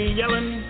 yelling